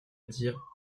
dire